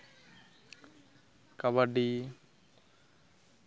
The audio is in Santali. ᱠᱟᱵᱟᱰᱤ